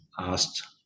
asked